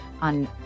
On